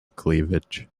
cleavage